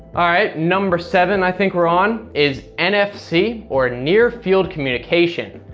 alright, number seven i think we're on, is nfc, or near field communication.